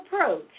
approach